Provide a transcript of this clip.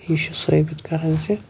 یہِ چھِ ثٲبت کَران زِ